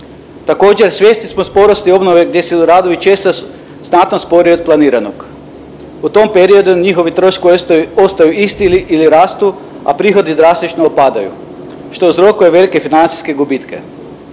Također, svjesni smo sporosti obnove gdje su radovi često znatno sporiji od planiranog. U tom periodu njihovi troškovi ostaju isti ili rastu, a prihodi drastično opadaju što uzrokuje velike financijske gubitke.